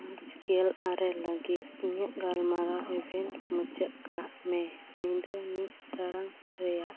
ᱢᱟᱨᱪ ᱜᱮᱞ ᱟᱨᱮ ᱞᱟᱹᱜᱤᱫ ᱤᱧᱟᱹᱜ ᱜᱟᱞᱢᱟᱨᱟᱣ ᱤᱵᱷᱮᱱᱴ ᱢᱩᱪᱟᱹᱫ ᱠᱟᱜᱢᱮ ᱧᱤᱫᱟᱹ ᱢᱤᱫ ᱴᱟᱲᱟᱝ ᱨᱮᱭᱟᱜ